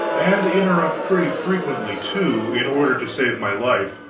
and interrupt pretty frequently, too, in order to save my life